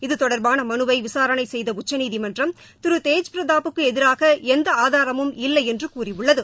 இது தொடர்பான மனுவை விசாரணை செய்த உச்சநீதிமன்றம் திரு தேஜ் பிரதாப்புக்கு எதிராக எந்த ஆதரமும் இல்லை என்று கூறியுள்ளது